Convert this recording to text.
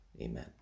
Amen